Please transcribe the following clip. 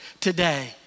today